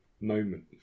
moment